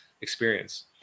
experience